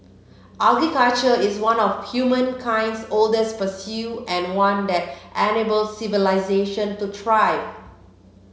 agriculture is one of humankind's oldest pursuit and one that enabled civilisation to thrive